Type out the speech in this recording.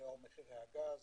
לאור מחירי הגז